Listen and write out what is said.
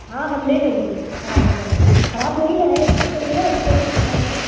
हाँ हम ले लेंगे ख़राब होगा तो ख़राब नहीं ना हैं देख रही हो ना अच्छे अच्छे फल हैं